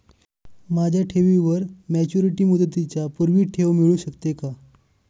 माझ्या ठेवीवर मॅच्युरिटी मुदतीच्या पूर्वी ठेव मिळू शकते का?